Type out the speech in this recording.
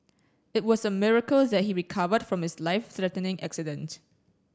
it was a miracle that he recovered from his life threatening accident